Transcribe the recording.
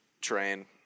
train